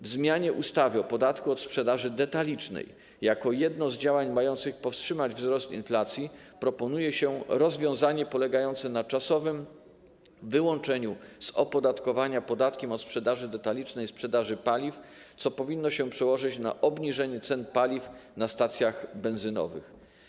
W zmianie ustawy o podatku od sprzedaży detalicznej jako jedno z działań mających powstrzymać wzrost inflacji proponuje się rozwiązanie polegające na czasowym wyłączeniu z opodatkowania podatkiem od sprzedaży detalicznej sprzedaży paliw, co powinno się przełożyć na obniżenie cen paliw na stacjach benzynowych.